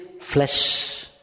flesh